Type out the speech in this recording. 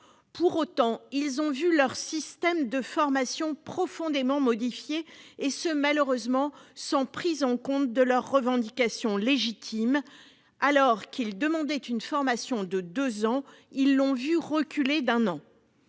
médicale ont vu leur système de formation profondément modifié, et ce, malheureusement, sans prise en compte de leurs revendications légitimes. Alors qu'ils demandaient une formation de deux ans, ils ont vu la durée